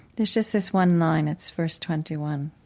there's just this one line. it's verse twenty one,